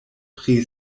pri